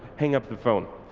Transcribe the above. hang up the phone.